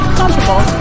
comfortable